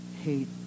hate